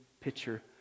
picture